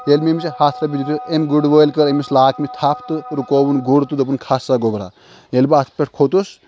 ییٚلِہ مےٚ أمِس یہِ ہَتھ روٚپیہِ دیٚت أمۍ گُر وٲلۍ کٔر أمِس لاکمہِ تَھپھ تہٕ رُکووُن گُر تہٕ دوٚپُن کھس سا گوٚبرا ییٚلہِ بہٕ اَتھ پٮ۪ٹھ کھوٚتُس